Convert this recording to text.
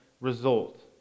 result